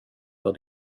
bör